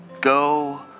Go